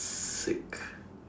sick